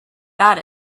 that